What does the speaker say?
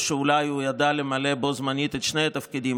או שאולי הוא ידע למלא בו זמנית את שני התפקידים,